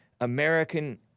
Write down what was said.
American